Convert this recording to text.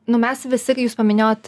nu mes visi kai jūs paminėjot